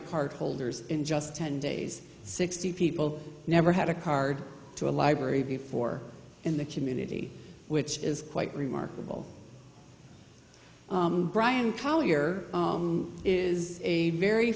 card holders in just ten days sixty people never had a card to a library before in the community which is quite remarkable bryan collier is a very